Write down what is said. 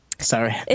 Sorry